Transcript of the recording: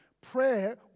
Prayer